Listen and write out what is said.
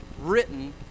written